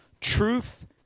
truth